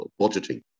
budgeting